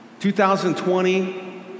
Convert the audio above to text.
2020